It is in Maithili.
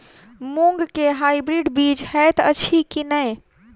मूँग केँ हाइब्रिड बीज हएत अछि की नै?